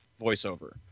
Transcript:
voiceover